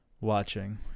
watching